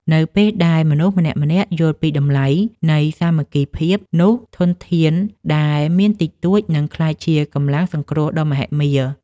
នៅពេលដែលមនុស្សម្នាក់ៗយល់ពីតម្លៃនៃសាមគ្គីភាព នោះធនធានដែលមានតិចតួចនឹងក្លាយជាកម្លាំងសង្គ្រោះដ៏មហិមា។